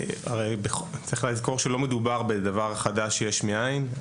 צריך לזכור שלא מדובר בדבר חדש, יש מעין.